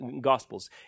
gospels